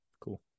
Cool